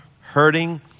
hurting